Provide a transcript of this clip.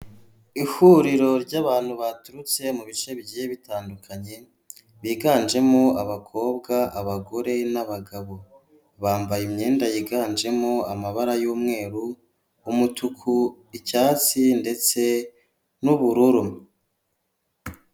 Ihuriro ry'abantu baturutse mu bice bigiye bitandukanye, biganjemo, abakobwa, abagore n'abagabo, bambaye imyenda yiganjemo amabara y'umweru, umutuku, icyatsi ndetse n'ubururu.